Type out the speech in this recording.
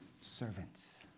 servants